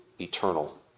eternal